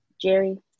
Jerry